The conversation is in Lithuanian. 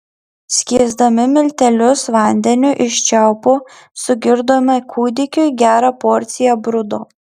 skiesdami miltelius vandeniu iš čiaupo sugirdome kūdikiui gerą porciją brudo